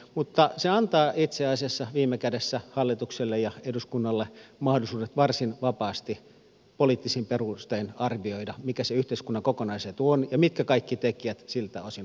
mutta se antaa itse asiassa viime kädessä hallitukselle ja eduskunnalle mahdollisuudet varsin vapaasti poliittisin perustein arvioida mikä se yhteiskunnan kokonaisetu on ja mitkä kaikki tekijät siltä osin ovat relevantteja